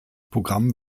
programm